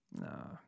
No